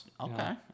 Okay